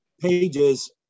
pages